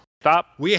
Stop